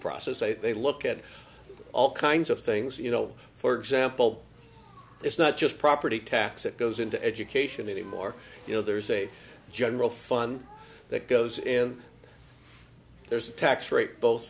process a they look at all kinds of things you know for example it's not just property tax it goes into education the more you know there's a general fund that goes in there's a tax rate both